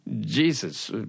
Jesus